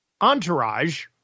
entourage